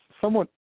somewhat